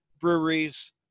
breweries